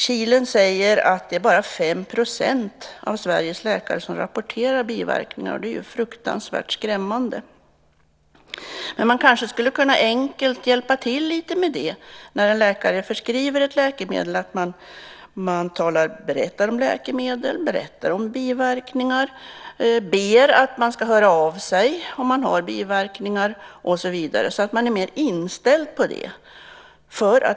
KILEN säger att det bara är 5 % av Sveriges läkare som rapporterar biverkningar, och det är ju fruktansvärt skrämmande. Men man kanske enkelt skulle kunna hjälpa till lite med det när en läkare förskriver ett läkemedel. Läkaren kan berätta om läkemedlet, berätta om biverkningar, be att patienten ska höra av sig om det blir biverkningar och så vidare så att patienten är mer inställd på det.